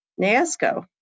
NASCO